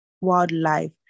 wildlife